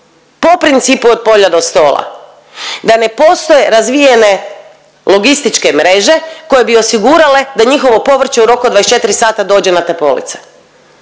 po principu od polja do stola da ne postoje razvijene logističke mreže koje bi osigurale da njihovo povrće u roku od 24 sata dođe na te police.